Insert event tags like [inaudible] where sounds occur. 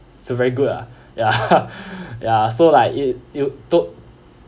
so very good ah ya [laughs] ya so like it you took